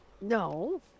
No